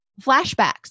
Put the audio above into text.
flashbacks